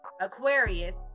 aquarius